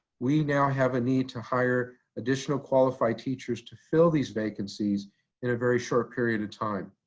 we now have a need to hire additional qualified teachers to fill these vacancies in a very short period of time.